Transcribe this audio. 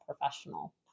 professional